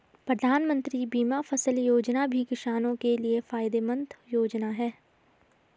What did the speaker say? प्रधानमंत्री बीमा फसल योजना भी किसानो के लिये फायदेमंद योजना है